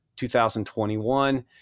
2021